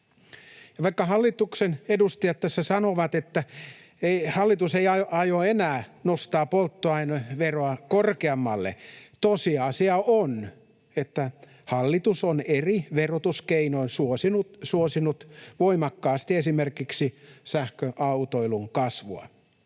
vaikka hallituksen edustajat tässä sanovat, että hallitus ei aio nostaa polttoaineveroa enää korkeammalle, tosiasia on, että hallitus on eri verotuskeinoin suosinut voimakkaasti esimerkiksi sähköautoilun kasvua.